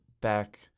back